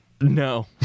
No